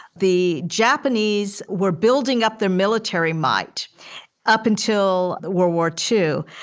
the japanese were building up their military might up until the war war, too.